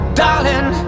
darling